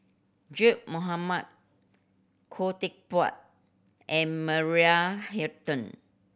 Zaqy Mohamad Khoo Teck Puat and Maria Hertogh